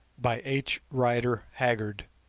by h. rider haggard